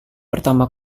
pertama